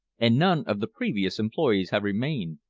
and none of the previous employees have remained.